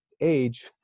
age